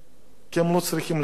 כי הם לא צריכים לתת את התשובות,